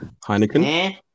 Heineken